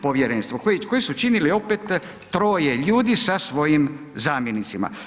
Povjerenstvo koje su činili opet 3 ljudi sa svojim zamjenicima.